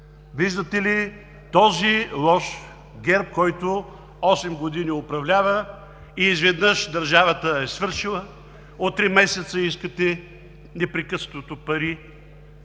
виждате ли този лош ГЕРБ, който осем години управлява, и изведнъж държавата е свършила. От три месеца искате непрекъснато пари.